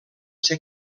ser